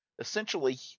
Essentially